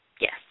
Yes